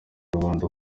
rwanda